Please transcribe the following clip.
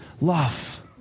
love